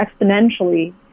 exponentially